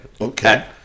Okay